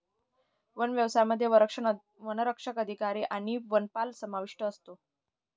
one व्यवसायामध्ये वनसंरक्षक अधिकारी आणि वनपाल समाविष्ट असतो